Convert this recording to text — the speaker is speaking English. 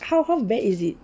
how how bad is it